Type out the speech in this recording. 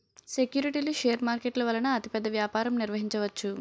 సెక్యూరిటీలు షేర్ మార్కెట్ల వలన అతిపెద్ద వ్యాపారం నిర్వహించవచ్చు